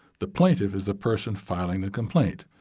the plaintiff is the person filing the complaint.